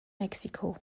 mexiko